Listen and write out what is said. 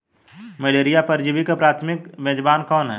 Malaria परजीवी का प्राथमिक मेजबान कौन है?